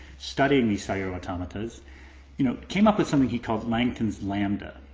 studying these cellular atomaton, you know, came up with something he calls langton's lambda.